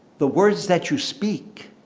the words that you speak,